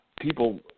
People